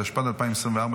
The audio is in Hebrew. התשפ"ד 2024,